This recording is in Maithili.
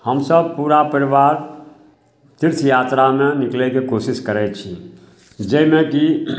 हमसभ पूरा परिवार तीर्थ यात्रामे निकलैके कोशिश करै छी जाहिमेकि